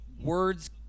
words